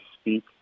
speak